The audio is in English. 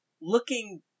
looking